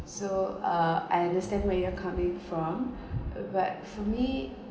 so uh I understand where you're coming from uh but for me